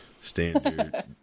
Standard